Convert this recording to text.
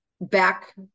back